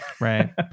Right